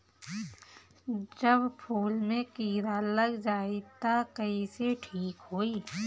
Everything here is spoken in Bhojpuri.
जब फूल मे किरा लग जाई त कइसे ठिक होई?